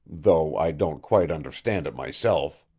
though i don't quite understand it myself.